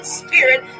spirit